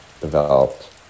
developed